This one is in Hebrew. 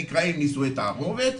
שנקראים נישואי תערובת,